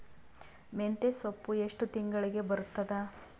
ಮೆಂತ್ಯ ಸೊಪ್ಪು ಎಷ್ಟು ತಿಂಗಳಿಗೆ ಬರುತ್ತದ?